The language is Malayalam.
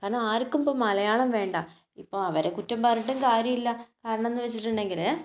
കാരണം ആർക്കും ഇപ്പം മലയാളം വേണ്ട ഇപ്പം അവരെ കുറ്റം പറഞ്ഞിട്ടും കാര്യമില്ല കാരണം എന്നു വെച്ചിട്ടുണ്ടെങ്കിൽ